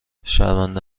شرمنده